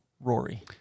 Rory